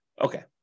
Okay